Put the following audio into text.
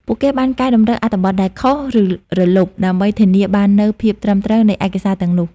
ពួកគេបានកែតម្រូវអត្ថបទដែលខុស ឬរលុប ដើម្បីធានាបាននូវភាពត្រឹមត្រូវនៃឯកសារទាំងនោះ។